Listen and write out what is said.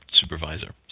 supervisor